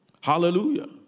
Hallelujah